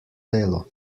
delo